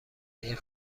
این